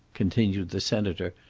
continued the senator,